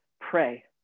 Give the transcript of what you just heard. pray